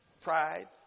Pride